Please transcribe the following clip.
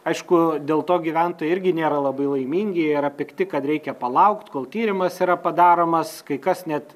aišku dėl to gyventojai irgi nėra labai laimingi jie yra pikti kad reikia palaukt kol tyrimas yra padaromas kai kas net